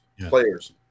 players